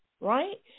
right